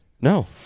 No